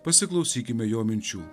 pasiklausykime jo minčių